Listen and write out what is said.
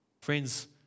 Friends